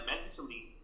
mentally